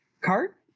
cart